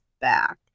back